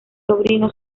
sobrino